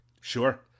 Sure